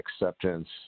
acceptance